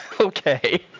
Okay